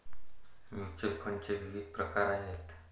mutual फंडाचे विविध प्रकार आहेत